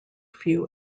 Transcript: few